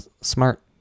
smart